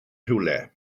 rhywle